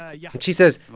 ah yeah and she says.